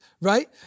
Right